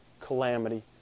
calamity